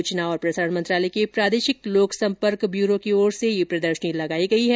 सूचना और प्रसारण मंत्रालय के प्रादेशिक लोक संपर्क ब्यूरों की ओर से ये प्रदर्शनी लगाई गई है